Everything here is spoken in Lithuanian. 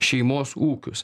šeimos ūkius